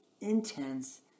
intense